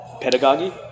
Pedagogy